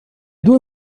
due